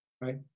right